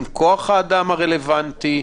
עם כוח האדם הרלוונטי,